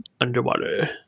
underwater